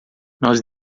nós